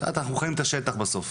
אנחנו חיים את השטח בסוף.